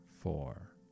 four